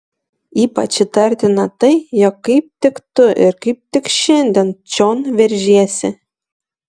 ypač įtartina tai jog kaip tik tu ir kaip tik šiandien čion veržiesi